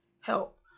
help